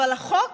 אבל החוק